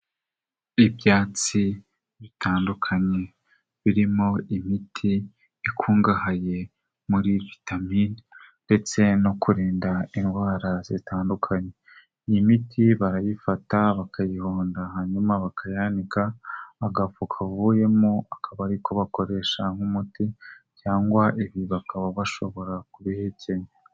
Ibyatsi bitandukanye birimo imiti ikungahaye muri vitamin ndetse no kurinda indwara zitandukanye, iyi miti barayifata bakayihonda hanyuma bakayanika, agafu kavuyemo akaba ariko bakoresha nk'umuti cyangwa ibi bakaba bashobora kubihekenya.